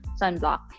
sunblock